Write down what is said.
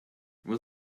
was